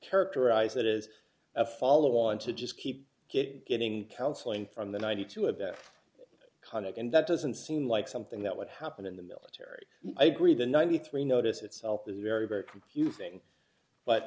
characterize that as a follow on to just keep it getting counseling from the ninety two of that conduct and that doesn't seem like something that would happen in the military i agree the ninety three notice itself is very very confusing but